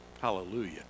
Hallelujah